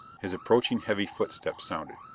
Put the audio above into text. his approaching heavy footsteps sounded.